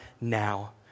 now